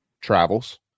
travels